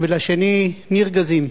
ולשני, "נרגזים".